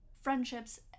friendships